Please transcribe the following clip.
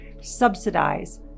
subsidize